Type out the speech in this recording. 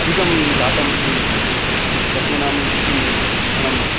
अधिकं जातम् इति वस्तूनां किं धनं